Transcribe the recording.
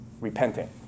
repenting